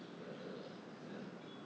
but the ya